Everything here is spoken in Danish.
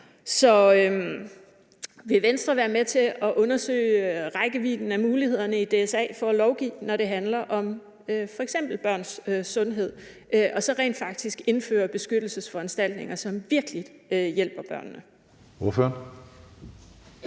Så vil Venstre være med til at undersøge rækkevidden af mulighederne i DSA'en for at lovgive, når det handler om f.eks. børns sundhed, og så rent faktisk indføre beskyttelsesforanstaltninger, som virkelig hjælper børnene?